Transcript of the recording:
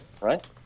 right